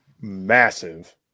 Massive